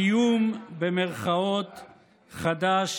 "איום" חדש